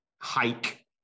hike